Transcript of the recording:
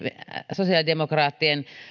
sosiaalidemokraattien